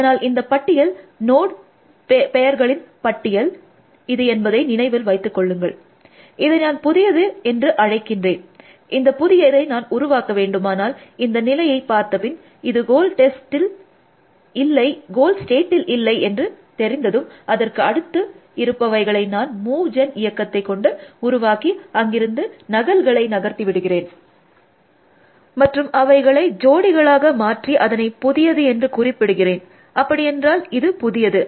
அதனால் இந்த பட்டியல் நோட் பேர்களின் பட்டியல் இது என்பதை நினைவில் வைத்தது கொள்ளுங்கள் இதை நான் புதியது ஏன்னு அழைக்கிறேன் இந்த புதியதை நான் உருவாக்க வேண்டுமானால் இந்த நிலையை பார்த்த பின் இது கோல் ஸ்டேட்டில் இல்லை என்று தெரிந்ததும் அதற்கு அடுத்து இருப்பவைகளை நான் மூவ் ஜென் இயக்கத்தை கொண்டு உருவாக்கி அங்கிருந்து நகல்களை நகர்த்தி விடுகிறேன் மற்றும் அவைகளை ஜோடிகளாக மாற்றி அதனை புதியது என்று குறிப்பிடுகிறேன் அப்படியென்றால் இது புதியது